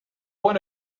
one